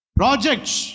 projects